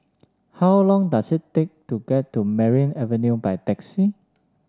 how long does it take to get to Merryn Avenue by taxi